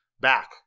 back